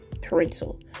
parental